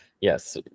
yes